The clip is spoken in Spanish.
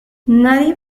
nadie